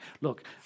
Look